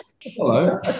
Hello